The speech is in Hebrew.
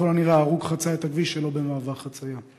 ככל הנראה ההרוג חצה את הכביש שלא במעבר חצייה,